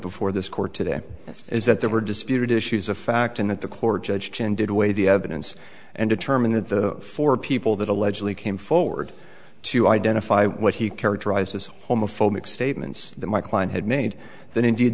before this court today is that there were disputed issues of fact and that the court judge chin did weigh the evidence and determined that the four people that allegedly came forward to identify what he characterized as homophobic statements that my client had made that indeed